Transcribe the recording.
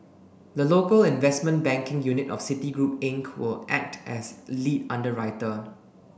the local investment banking unit of Citigroup Inc will act as lead underwriter